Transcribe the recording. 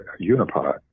unipod